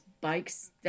bikes